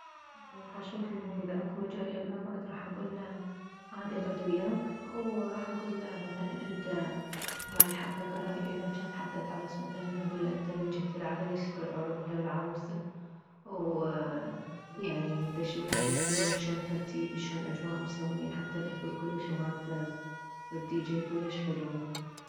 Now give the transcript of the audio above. راح اشوف انه اذا اكو مجال يمه اكعد راح اكله عادي اكعد وياك وراح اكله مثلا انت بهاي الحفلة كرايب اذا جانت حفلة عرس مثلا اكله انت من جهة العريس لو لو العروسة ويعني دتشوف شكد حلو شلون ترتيب شلون اجواء مسوين حتى الاكل كلش مرتب والديجي كلش حلو